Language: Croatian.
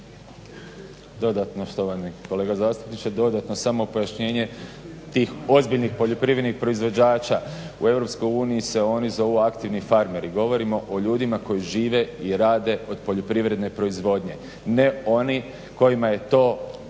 Dodatno, štovani kolega zastupniče, dodatno samo pojašnjenje tih ozbiljnih poljoprivrednih proizvođača. U Europskoj uniji se oni zovu aktivni farmeri. Govorimo o ljudima koji žive i rade od poljoprivredne proizvodnje, ne oni kojima je to